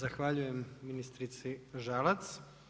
Zahvaljujem ministrici Žalac.